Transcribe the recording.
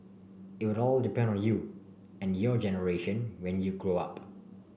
it will all depend on you and your generation when you grow up